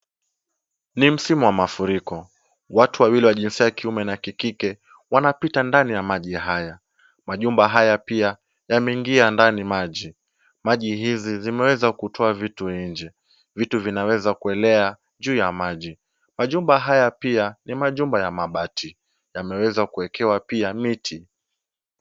Ni msimu wa mafuriko. Watu wawili wenye jinsia ya kiume na kike wanapita ndani ya maji haya. Majumba haya pia yameingia ndani maji. Mazi hizi zimeweza kutoa vitu nje. Vitu vinaweza kuelea juu ya maji. Majumba haya pia ni majumba ya mabati. Yanaweza kuwekewa pia miti.